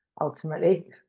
ultimately